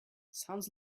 sounds